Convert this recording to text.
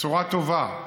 בצורה טובה.